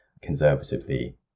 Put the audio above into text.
Conservatively